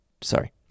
Sorry